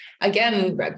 Again